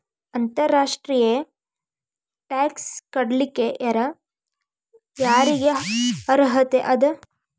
ಅಂತರ್ ರಾಷ್ಟ್ರೇಯ ಟ್ಯಾಕ್ಸ್ ಕಟ್ಲಿಕ್ಕೆ ಯರ್ ಯಾರಿಗ್ ಅರ್ಹತೆ ಅದ?